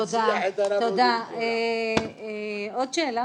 עוד שאלה,